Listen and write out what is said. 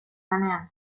lanean